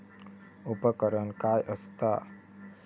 उपकरण काय असता?